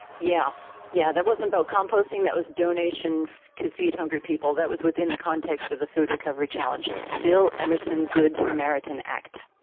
yeah. yeah that wasn't about composting, that was donation to feed hungry people. that was within the context of the food recovery challenge. the bill emerson good samaritan act.